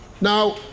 Now